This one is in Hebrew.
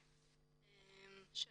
בבקשה.